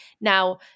Now